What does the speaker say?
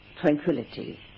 tranquility